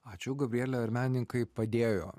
ačiū gabriele ar meninkai padėjo